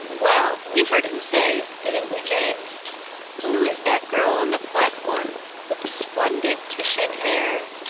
well, we heard him say didn't we, jane who is that girl on the platform with the splendid titian hair?